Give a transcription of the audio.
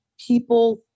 People